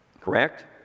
Correct